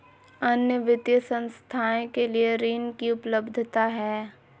अन्य वित्तीय संस्थाएं के लिए ऋण की उपलब्धता है?